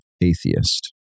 atheist